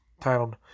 Titled